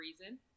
reason